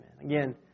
Again